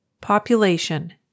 Population